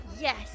Yes